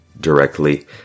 directly